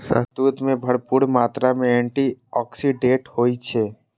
शहतूत मे भरपूर मात्रा मे एंटी आक्सीडेंट होइ छै